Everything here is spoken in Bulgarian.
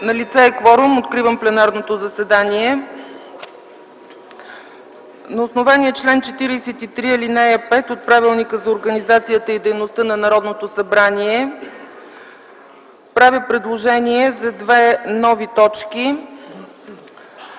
Налице е кворум, откривам пленарното заседание. На основание чл. 43, ал. 5 от Правилника за организацията и дейността на Народното събрание правя предложение за две нови точки.